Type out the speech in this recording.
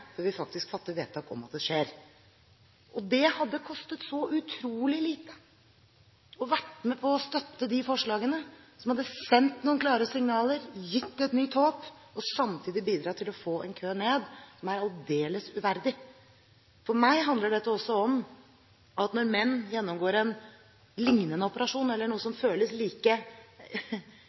før vi faktisk fatter vedtak om at det skal skje. Det hadde kostet så utrolig lite å være med på å støtte disse forslagene, som hadde sendt noen klare signaler, gitt et nytt håp og samtidig bidratt til å få ned en kø som er aldeles uverdig. For meg handler dette også om at når menn gjennomgår en lignende operasjon, eller noe som føles like